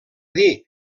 dir